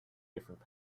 different